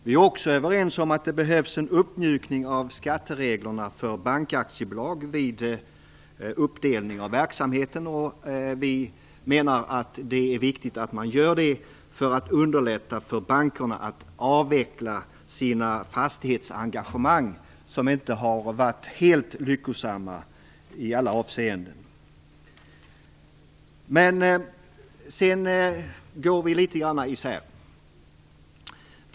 Vi är också överens om att det behövs en uppmjukning av skattereglerna för bankaktiebolag vid uppdelning av verksamheten. Vi menar att det är viktigt att göra det för att underlätta för bankerna att avveckla sina fastighetsengagemang. Dessa har ju inte varit helt lyckosamma i alla avseenden. Sedan går våra åsikter litet grand isär.